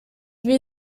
wie